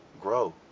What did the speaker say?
grow